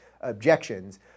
objections